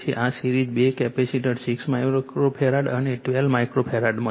આ સિરીઝમાં બે કેપેસિટર્સ 6 માઇક્રોફેરાડ અને 12 માઇક્રોફેરાડમાં છે